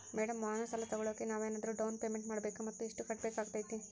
Madam ವಾಹನ ಸಾಲ ತೋಗೊಳೋಕೆ ನಾವೇನಾದರೂ ಡೌನ್ ಪೇಮೆಂಟ್ ಮಾಡಬೇಕಾ ಮತ್ತು ಎಷ್ಟು ಕಟ್ಬೇಕಾಗ್ತೈತೆ?